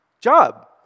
Job